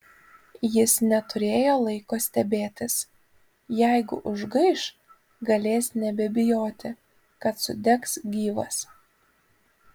jis neturėjo laiko stebėtis jeigu užgaiš galės nebebijoti kad sudegs gyvas